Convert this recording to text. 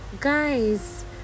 guys